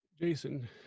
Jason